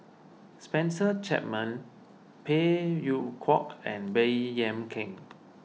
Spencer Chapman Phey Yew Kok and Baey Yam Keng